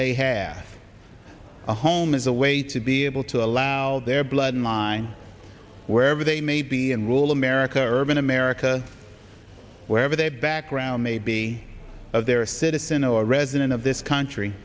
they have a home is a way to be able to allow their blood in line wherever they may be and rural america urban america wherever their background may be of their citizen or resident of this country